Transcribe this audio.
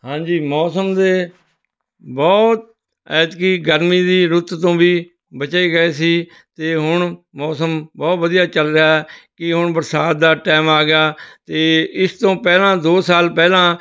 ਹਾਂਜੀ ਮੌਸਮ ਦੇ ਬਹੁਤ ਐਤਕੀ ਗਰਮੀ ਦੀ ਰੁੱਤ ਤੋਂ ਵੀ ਬਚੇ ਗਏ ਸੀ ਅਤੇ ਹੁਣ ਮੌਸਮ ਬਹੁਤ ਵਧੀਆ ਚੱਲ ਰਿਹਾ ਹੈ ਕਿ ਹੁਣ ਬਰਸਾਤ ਦਾ ਟਾਈਮ ਆ ਗਿਆ ਅਤੇ ਇਸ ਤੋਂ ਪਹਿਲਾਂ ਦੋ ਸਾਲ ਪਹਿਲਾਂ